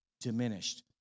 diminished